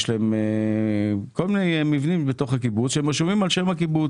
יש להם כל מיני מבנים בתוך הקיבוץ שהם רשומים על שם הקיבוץ.